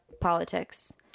politics